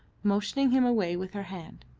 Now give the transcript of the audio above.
motioning him away with her hand.